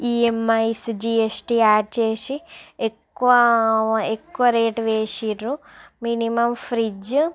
EMI GST add చేసి ఎక్కువ ఎక్కువ రేటు వేసిర్రు మినిమం ఫ్రిడ్జ్